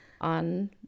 on